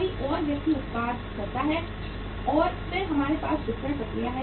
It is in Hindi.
कोई और व्यक्ति उत्पाद बनाता है और फिर हमारे पास वितरण प्रक्रिया है